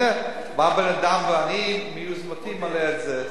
בא בן-אדם, ואני מיוזמתי מעלה את זה.